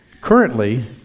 Currently